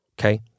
okay